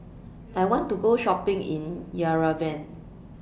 I want to Go Shopping in Yerevan